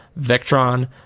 Vectron